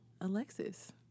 Alexis